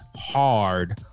hard